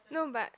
no but